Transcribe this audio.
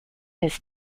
his